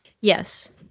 Yes